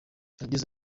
yagize